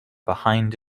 behind